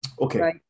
Okay